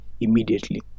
immediately